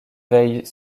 veillent